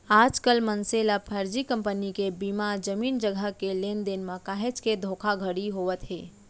आजकल मनसे ल फरजी कंपनी के बीमा, जमीन जघा के लेन देन म काहेच के धोखाघड़ी होवत हे